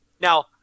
Now